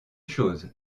chose